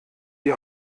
die